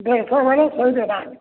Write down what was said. ଦେଢ଼ଶହ ବୋଲେ ଶହେ ଦେବା